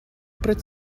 pret